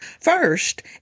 First